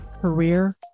career